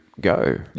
go